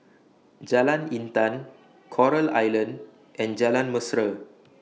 Jalan Intan Coral Island and Jalan Mesra